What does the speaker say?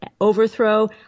Overthrow